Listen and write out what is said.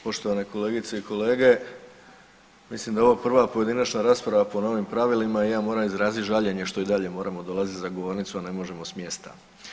Poštovane kolegice i kolege, mislim da je ovo prva pojedinačna rasprava po novim pravilima i ja moram izraziti žaljenje što i dalje moramo dolaziti za govornicu, a ne možemo s mjesta.